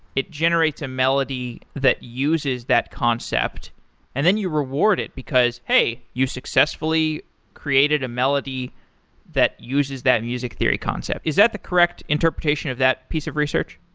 it generates a melody that uses that concept and then you reward it, because, hey, you successfully created a melody that uses that music theory concept. is that the correct interpretation of that piece of research?